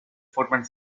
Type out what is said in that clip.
forman